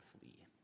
flee